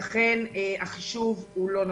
ולכן החישוב הוא לא נכון.